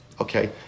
Okay